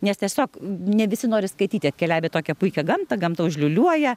nes tiesiog ne visi nori skaityti atkeliavę į tokią puikią gamtą gamta užliūliuoja